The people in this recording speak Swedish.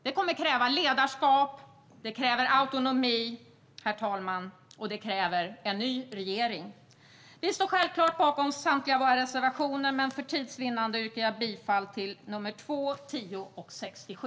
Det kräver ledarskap och autonomi, herr talman, och det kräver en ny regering. Vi står självklart bakom samtliga våra reservationer men för tids vinnande yrkar jag bifall endast till reservation nr 2, 10 och 67.